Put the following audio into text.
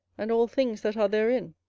and all things that are therein